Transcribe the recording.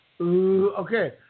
Okay